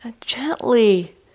gently